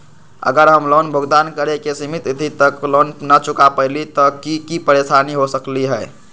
अगर हम लोन भुगतान करे के सिमित तिथि तक लोन न चुका पईली त की की परेशानी हो सकलई ह?